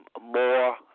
more